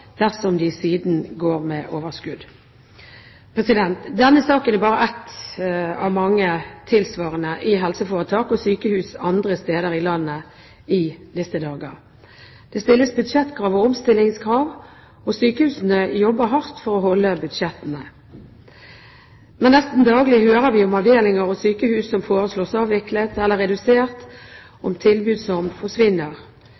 dersom de siden går med overskudd. Denne saken er bare én av mange tilsvarende i helseforetak og sykehus andre steder i landet i disse dager. Det stilles budsjettkrav og omstillingskrav, og sykehusene jobber hardt for å holde budsjettene. Nesten daglig hører vi om avdelinger og sykehus som foreslås avviklet eller redusert,